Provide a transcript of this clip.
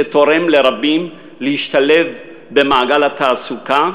שתורם לרבים להשתלב במעגל התעסוקה,